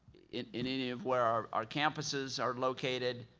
in in any of where our our campuses are located,